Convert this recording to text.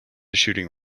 shooting